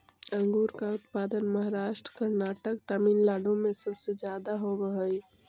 अंगूर का उत्पादन महाराष्ट्र, कर्नाटक, तमिलनाडु में सबसे ज्यादा होवअ हई